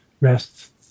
rest